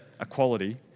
equality